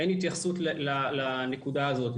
אין התייחסות לנקודה הזאת.